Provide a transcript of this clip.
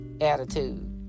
attitude